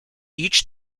each